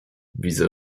widzę